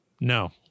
no